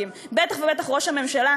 בטח ובטח ראש הממשלה,